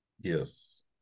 Yes